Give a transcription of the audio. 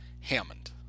Hammond